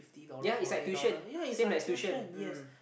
ya it's like tuition same like tuition mm